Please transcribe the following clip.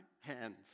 hands